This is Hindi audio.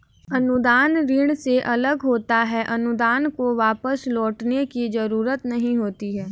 अनुदान ऋण से अलग होता है अनुदान को वापस लौटने की जरुरत नहीं होती है